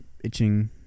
itching